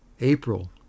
April